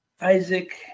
Isaac